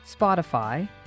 Spotify